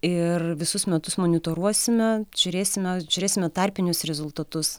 ir visus metus monitoruosime žiūrėsime žiūrėsime tarpinius rezultatus